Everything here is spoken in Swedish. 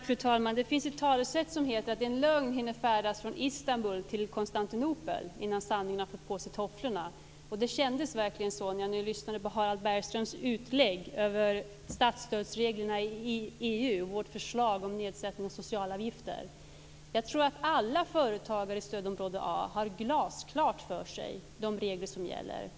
Fru talman! Det finns ett talesätt som heter att en lögn hinner färdas från Istanbul till Konstantinopel innan sanningen har fått på sig tofflorna. Det kändes verkligen så när jag lyssnade på Harald Bergströms utläggning över statsstödsreglerna i EU och vårt förslag om en nedsättning av socialavgifter. Jag tror att alla företagare i stödområde A har glasklart för sig de regler som gäller.